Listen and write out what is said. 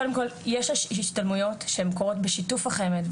קודם כל יש השתלמויות שהן קורות בשיתוף החמ"ד,